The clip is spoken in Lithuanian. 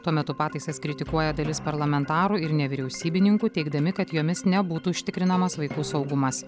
tuo metu pataisas kritikuoja dalis parlamentarų ir nevyriausybininkų teigdami kad jomis nebūtų užtikrinamas vaikų saugumas